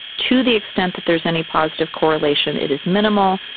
to the extent that there is any positive correlation, it is minimal.